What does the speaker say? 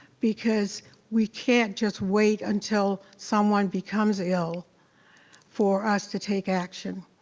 because we can't just wait until someone becomes ill for us to take action.